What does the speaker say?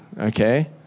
okay